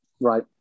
right